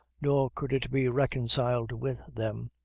nor could it be reconciled with them,